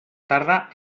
tarda